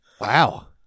Wow